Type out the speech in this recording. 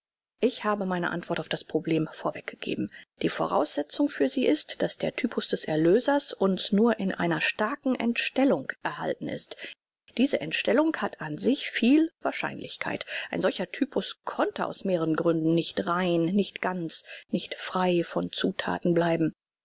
ich habe meine antwort auf das problem vorweg gegeben die voraussetzung für sie ist daß der typus des erlösers uns nur in einer starken entstellung erhalten ist diese entstellung hat an sich viel wahrscheinlichkeit ein solcher typus konnte aus mehreren gründen nicht rein nicht ganz nicht frei von zuthaten bleiben